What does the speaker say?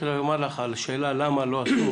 רק לומר לך על השאלה למה לא עשו